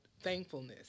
thankfulness